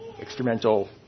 experimental